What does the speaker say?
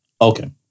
Okay